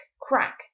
crack